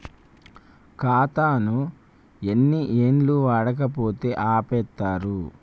ఖాతా ఎన్ని ఏళ్లు వాడకపోతే ఆపేత్తరు?